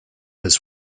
his